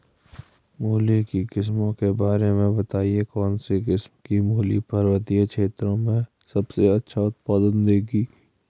मूली की किस्मों के बारे में बताइये कौन सी किस्म की मूली पर्वतीय क्षेत्रों में सबसे अच्छा उत्पादन देंगी?